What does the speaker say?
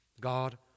God